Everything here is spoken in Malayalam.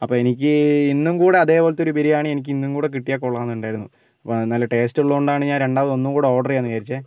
അപ്പോൾ എനിക്ക് ഇന്നുംകൂടെ അതുപോലത്തെ ഒരു ബിരിയാണി എനിക്കിന്നും കൂടെ കിട്ടിയാൽ കൊള്ളാമെന്നുണ്ടായിരുന്നു വാ നല്ല ടേസ്റ്റ് ഉള്ളോണ്ടാണ് ഞാൻ രണ്ടാമത് ഒന്നുകൂടെ ഓർഡർ ചെയ്യാമെന്ന് വിചാരിച്ചത്